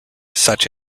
such